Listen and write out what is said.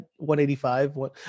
185